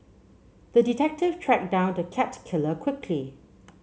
the detective tracked down the cat killer quickly